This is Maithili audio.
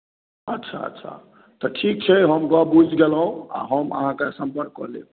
अच्छा अच्छा तऽ ठीक छै हम गप्प बुझि गेलहुँ आ हम अहाँकेँ सम्पर्क कऽ लेब